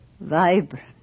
Vibrant